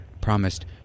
promised